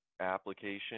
application